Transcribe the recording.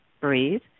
breathe